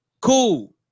Cool